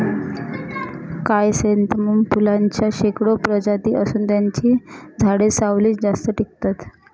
chrysanthemum फुलांच्या शेकडो प्रजाती असून त्यांची झाडे सावलीत जास्त टिकतात